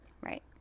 Right